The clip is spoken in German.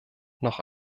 noch